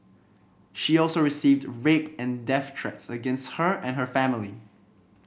she also received rape and death threats against her and her family